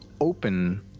open